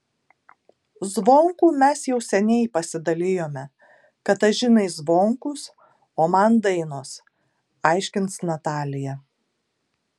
zvonkų mes jau seniai pasidalijome katažinai zvonkus o man dainos aiškins natalija